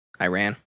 Iran